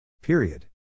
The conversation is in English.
Period